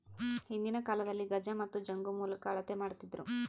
ಹಿಂದಿನ ಕಾಲದಲ್ಲಿ ಗಜ ಮತ್ತು ಜಂಗು ಮೂಲಕ ಅಳತೆ ಮಾಡ್ತಿದ್ದರು